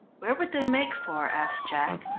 where would they make for? asked jack.